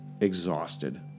exhausted